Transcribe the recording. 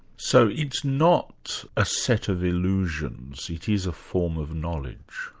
so it's not a set of illusions it is a form of knowledge?